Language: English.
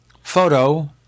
Photo